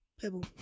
Pebble